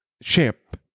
shape